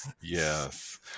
yes